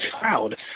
crowd